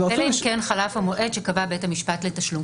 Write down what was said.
אלא אם כן חלף המועד שקבע בית המשפט לתשלום.